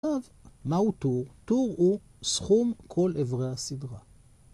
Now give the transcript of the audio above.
עכשיו, מהו טור? טור הוא סכום כל אברי הסדרה.